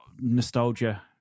nostalgia